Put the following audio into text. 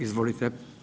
Izvolite.